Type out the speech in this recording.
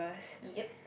ya